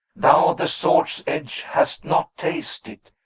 thou the sword's edge hast not tasted,